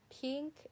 Pink